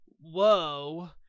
whoa